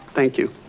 thank you.